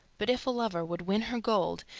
but if a lover would win her gold,